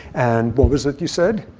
and what was it you said?